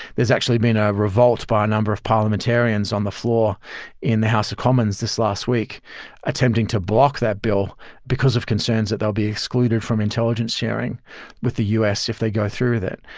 there's actually been a revolt by a number of parliamentarians on the floor in the house of commons this last week attempting to block that bill because of concerns that they'll be excluded from intelligence sharing with the u s. if they go through with it.